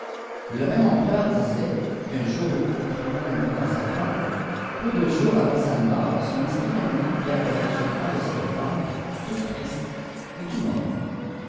té même empereur aisail qu un jour iyant ia bhitdaai w fente peu de jours avant sa mort son esprit amui r lui afphinil soriant de cette tente tout triste et tout